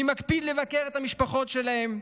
אני מקפיד לבקר את המשפחות שלהם,